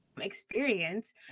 experience